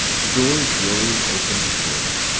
the doors rolled open before them.